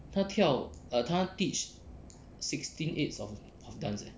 他跳 err 他 teach sixteen eights of of dance eh